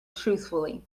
truthfully